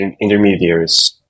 intermediaries